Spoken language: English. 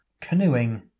canoeing